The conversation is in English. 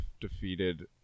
defeated